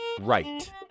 right